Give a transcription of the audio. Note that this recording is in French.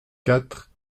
quatre